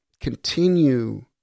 continue